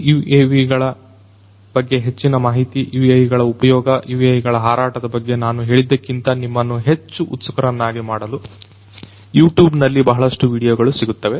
ಈ UAV ಗಳ ಬಗ್ಗೆ ಹೆಚ್ಚಿನ ಮಾಹಿತಿ UAVಗಳ ಉಪಯೋಗ UAVಗಳ ಹೋರಾಟದ ಬಗ್ಗೆ ನಾನು ಹೇಳಿದ್ದಕ್ಕಿಂತ ನಿಮ್ಮನ್ನ ಹೆಚ್ಚು ಉತ್ಸುಕ ರನ್ನಾಗಿ ಮಾಡಲು ಯೂಟ್ಯೂಬ್ ನಲ್ಲಿ ಬಹಳಷ್ಟು ವಿಡಿಯೋಗಳು ಸಿಗುತ್ತವೆ